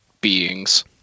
beings